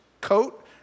coat